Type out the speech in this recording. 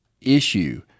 issue